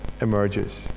emerges